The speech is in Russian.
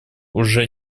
уже